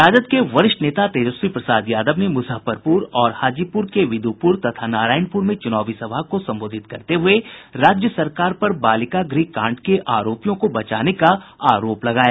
राजद के वरिष्ठ नेता तेजस्वी प्रसाद यादव ने मुजफ्फरपुर और हाजीपुर के विदुपुर तथा नारायणपुर में चुनावी सभा को संबोधित करते हुए राज्य सरकार पर बालिका गृह कांड के आरोपियों को बचाने का आरोप लगाया